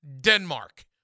Denmark